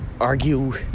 argue